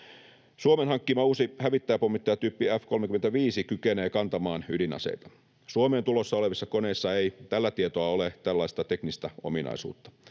Suomen hankkima uusi hävittäjäpommittajatyyppi F-35 kykenee kantamaan ydinaseita Suomeen tulossa olevissa koneissa ei tällä tietoa ole tällaista teknistä ominaisuutta.